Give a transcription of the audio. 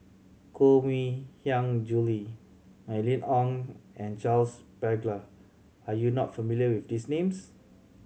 Koh Mui Hiang Julie Mylene Ong and Charles Paglar are you not familiar with these names